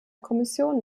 kommission